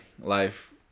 life